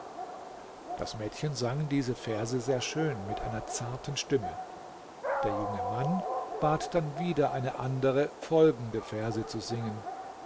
das mädchen sang diese verse sehr schön mit einer zarten stimme der junge mann bat dann wieder eine andere folgende verse zu singen